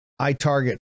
iTarget